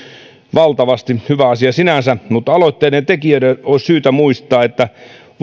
valtavasti se on hyvä asia sinänsä mutta aloitteiden tekijöiden olisi syytä muistaa että